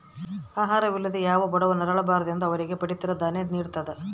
ಆಹಾರ ವಿಲ್ಲದೆ ಯಾವ ಬಡವ ನರಳ ಬಾರದೆಂದು ಅವರಿಗೆ ಪಡಿತರ ದಾನ್ಯ ನಿಡ್ತದ